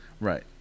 Right